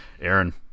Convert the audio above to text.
Aaron